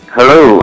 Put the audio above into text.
Hello